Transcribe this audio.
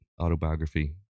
autobiography